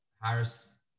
Harris